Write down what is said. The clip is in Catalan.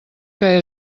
que